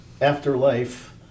Afterlife